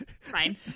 Fine